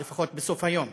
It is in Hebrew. לפחות בסוף היום,